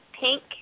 pink